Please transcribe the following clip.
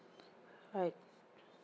alright